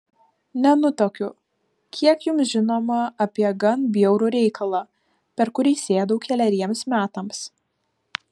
nenutuokiu kiek jums žinoma apie gan bjaurų reikalą per kurį sėdau keleriems metams